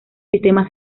sistema